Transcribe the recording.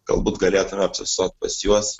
galbūt galėtume apsistot pas juos